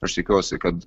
aš tikiuosi kad